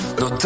no